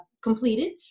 completed